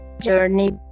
journey